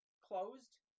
closed